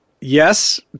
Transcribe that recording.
yes